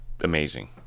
amazing